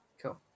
Cool